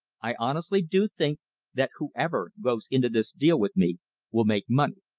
i honestly do think that whoever goes into this deal with me will make money.